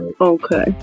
okay